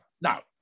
Now